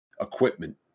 equipment